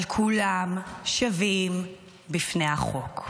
אבל כולם שווים בפני החוק.